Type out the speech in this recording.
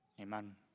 amen